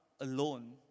alone